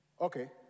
Okay